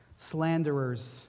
slanderers